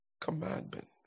commandment